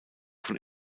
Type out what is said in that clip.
von